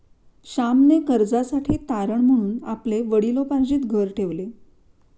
श्यामने कर्जासाठी तारण म्हणून आपले वडिलोपार्जित घर ठेवले